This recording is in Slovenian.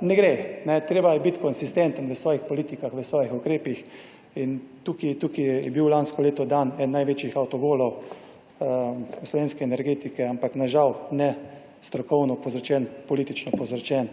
ne gre. Treba je biti konsistenten v svojih politikah, v svojih ukrepih in tukaj ke bil lansko leto dan eden največjih avtogolov slovenske energetike, ampak žal ne strokovno povzročen, politično povzročen.